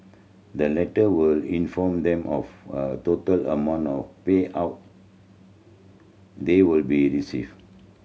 the letter will inform them of a total amount of payout they will be receive